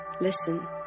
Listen